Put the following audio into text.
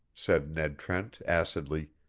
said ned trent, acidly,